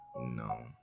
No